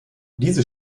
diese